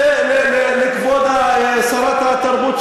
ולכבוד שרת התרבות,